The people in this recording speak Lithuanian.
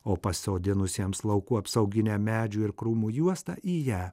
o pasodinusiems laukų apsauginę medžių ir krūmų juostą į ją